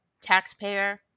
taxpayer